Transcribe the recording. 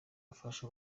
afasha